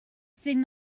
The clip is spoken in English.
sing